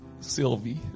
Sylvie